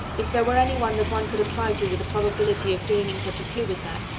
if there were anyone that one could apply to with a probability of gaining such a clue as that,